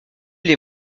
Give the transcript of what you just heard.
les